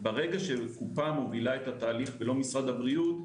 ברגע שקופה מובילה את התהליך ולא משרד הבריאות,